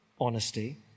honesty